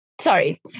sorry